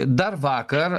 dar vakar